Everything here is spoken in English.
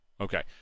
Okay